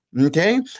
okay